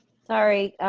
sorry,